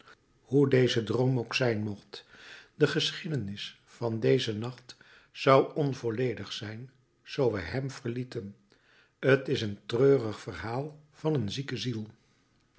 hoe deze droom ook zijn mocht de geschiedenis van dezen nacht zou onvolledig zijn zoo wij hem verlieten t is een treurig verhaal van een zieke ziel